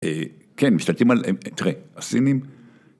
‫כן, משתתפים עליהם... ‫תראה, הסינים...